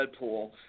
Deadpool